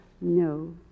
No